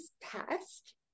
passed